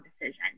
decision